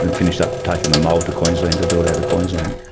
and finished up taking the mould to queensland to do it and queensland.